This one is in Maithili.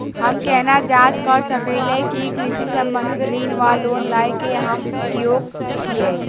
हम केना जाँच करऽ सकलिये की कृषि संबंधी ऋण वा लोन लय केँ हम योग्य छीयै?